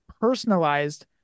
personalized